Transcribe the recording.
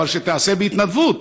אבל שתיעשה בהתנדבו,.